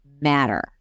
matter